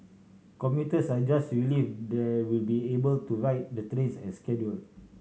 commuters are just relieved they will be able to ride the trains as scheduled